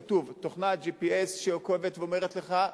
כתוב: תוכנה GPS שעוקבת ואומרת לך,